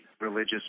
religious